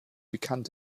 bekannt